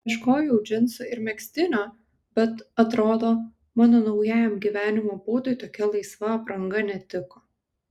ieškojau džinsų ir megztinio bet atrodo mano naujajam gyvenimo būdui tokia laisva apranga netiko